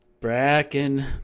Bracken